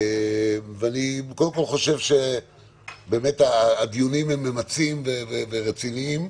אני חושב שהדיונים הם ממצים ורציניים,